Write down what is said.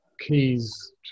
keys